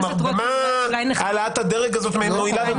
כלומר מה העלאת הדרג הזאת מועילה?